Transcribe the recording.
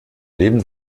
leben